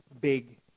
big